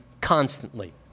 constantly